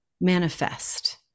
manifest